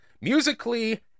musically